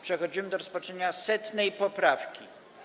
Przechodzimy do rozpatrzenia 100. poprawki.